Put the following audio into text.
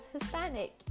Hispanic